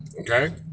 okay